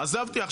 עזבתי,